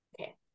okay